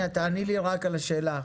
תעני לי על השאלה.